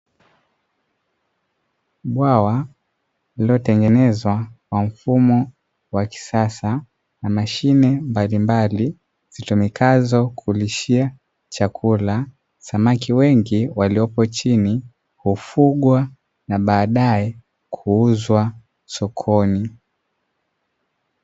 Bwawa lililotengenezwa kwa mfumo wa kisasa na mashine mbalimbali zitumikazo kulishia chakula, samaki wengi waliopo chini hufugwa na baadae kuuzwa sokoni.